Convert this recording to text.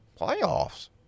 Playoffs